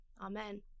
Amen